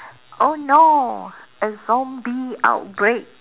oh no a zombie outbreak